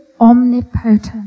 omnipotent